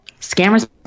scammers